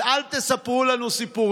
אז אל תספרו לנו סיפורים,